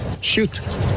Shoot